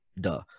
Duh